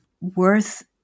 worth